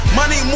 Money